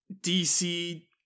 DC